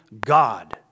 God